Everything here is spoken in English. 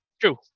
True